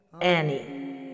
Annie